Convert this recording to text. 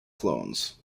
clones